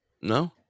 no